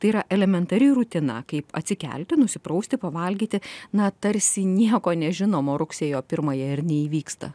tai yra elementari rutina kaip atsikelti nusiprausti pavalgyti na tarsi nieko nežinomo rugsėjo pirmąją ir neįvyksta